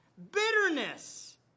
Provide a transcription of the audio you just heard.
Bitterness